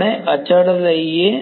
આપણે અચળ લઈએ